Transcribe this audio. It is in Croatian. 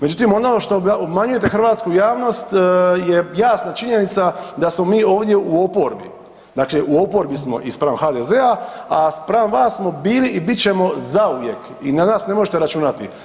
Međutim, ono što obmanjujete hrvatsku javnost je jasna činjenica da smo mi ovdje u oporbi, dakle u oporbi smo i spram HDZ-a, a spram vas smo bili i bit ćemo zauvijek i na nas ne možete računati.